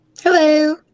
Hello